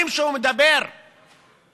אנחנו לא מדברים על דבר שמדיר את השינה מעינינו.